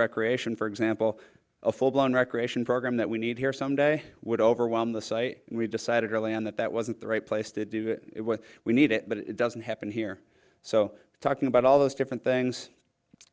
recreation for example a full blown recreation program that we need here some day would overwhelm the site and we've decided early on that that wasn't the right place to do it what we need it but it doesn't happen here so talking about all those different things